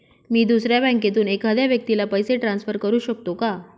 मी दुसऱ्या बँकेतून एखाद्या व्यक्ती ला पैसे ट्रान्सफर करु शकतो का?